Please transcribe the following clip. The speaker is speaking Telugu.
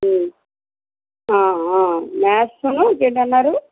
మ్యాథ్సు ఇంకేంటి అన్నారు